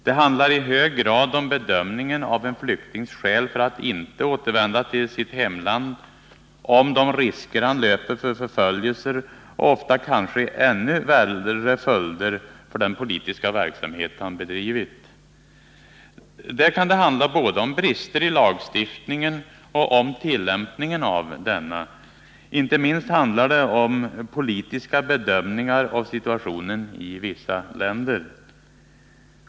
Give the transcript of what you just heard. Det handlar i hög grad om bedömningen av en flyktings skäl för att inte återvända till sitt hemland, om de risker han löper för förföljelser och ofta kanske ännu värre följder av den politiska verksamhet han bedrivit. Det kan vidare handla både om brister i lagstiftningen och om tillämpningen av denna. Inte minst handlar det om politiska bedömningar av situationen i vissa länder.